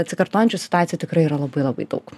atsikartojančių situacijų tikrai yra labai labai daug